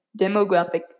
demographic